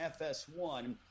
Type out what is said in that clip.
FS1